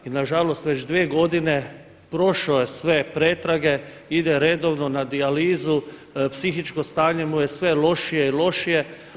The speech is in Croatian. I na žalost već dvije godine prošao je sve pretrage, ide redovno na dijalizu, psihičko stanje mu je sve lošije i lošije.